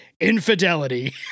infidelity